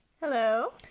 Hello